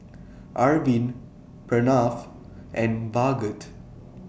Arvind Pranav and Bhagat